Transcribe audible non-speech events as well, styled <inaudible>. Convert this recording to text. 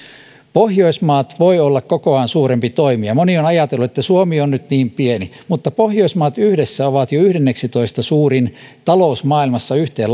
pohjoismaat voivat olla kokoaan suurempi toimija moni on ajatellut että suomi nyt on niin pieni mutta pohjoismaat yhdessä ovat jo yhdenneksitoista suurin talous maailmassa yhteen <unintelligible>